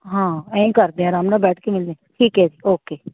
ਹਾਂ ਐਂ ਕਰਦੇ ਹਾਂ ਆਰਾਮ ਨਾਲ ਬੈਠ ਕੇ ਮਿਲਦੇ ਠੀਕ ਹੈ ਜੀ ਓਕੇ